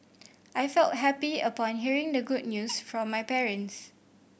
I felt happy upon hearing the good news from my parents